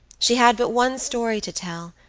she had but one story to tell,